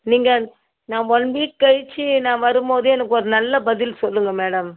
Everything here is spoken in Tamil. நீங்கள் நான் ஒன் வீக் கழித்து நான் வரும்போது எனக்கு ஒரு நல்ல பதில் சொல்லுங்கள் மேடம்